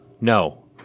No